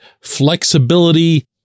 flexibility